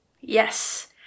yes